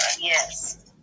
Yes